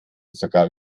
sogar